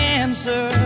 answer